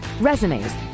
resumes